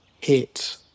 hit